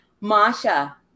masha